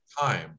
time